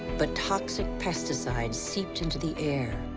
but toxic pesticides seeped into the air,